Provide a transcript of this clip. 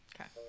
Okay